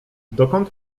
dokąd